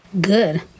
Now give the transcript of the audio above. Good